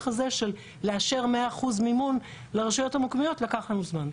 הזה של לאשר 100% מימון לרשויות המקומיות לקח לנו זמן.